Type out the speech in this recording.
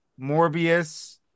Morbius